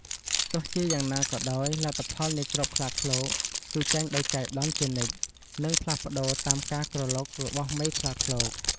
ទោះជាយ៉ាងណាក៏ដោយ លទ្ធផលនៃគ្រាប់ខ្លាឃ្លោកគឺចេញដោយចៃដន្យជានិច្ច និងផ្លាស់ប្តូរតាមការក្រឡុករបស់មេខ្លាឃ្លោក។